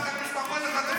רביבו --- על משפחות החטופים.